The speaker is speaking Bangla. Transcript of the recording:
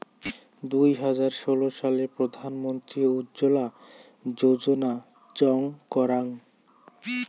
দুই হাজার ষোলো সালে প্রধান মন্ত্রী উজ্জলা যোজনা চং করাঙ